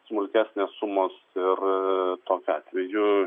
smulkesnės sumos ir tokiu atveju